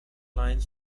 line